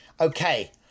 okay